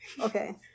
Okay